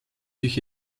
sich